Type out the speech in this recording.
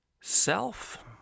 self